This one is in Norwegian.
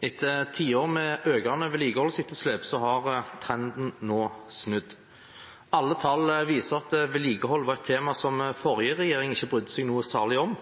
Etter tiår med økende vedlikeholdsetterslep har trenden nå snudd. Alle tall viser at vedlikehold var et tema som forrige regjering ikke brydde seg noe særlig om.